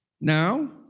Now